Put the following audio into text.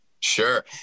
Sure